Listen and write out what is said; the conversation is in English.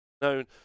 known